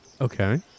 Okay